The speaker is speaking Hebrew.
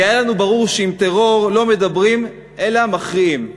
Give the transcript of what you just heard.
כי היה לנו ברור שעם טרור לא מדברים אלא מכריעים.